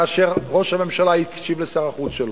כאשר ראש הממשלה הקשיב לשר החוץ שלו.